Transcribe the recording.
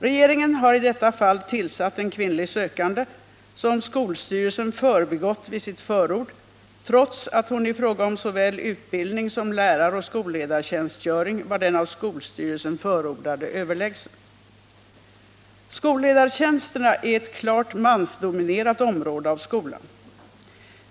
Regeringen har i detta fall tillsatt en kvinnlig sökande, som skolstyrelsen förbigått vid sitt förord trots att hon i fråga om såväl utbildning som läraroch skolledartjänstgöring var den av skolstyrelsen förordade överlägsen. Skolledartjänsterna är ett klart mansdominerat område av skolan.